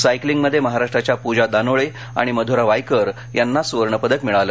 सायकलिंगमधे महाराष्ट्राच्या पूजा दानोळे आणि मध्रा वायकर यांना सुवर्णपदक पटकावलं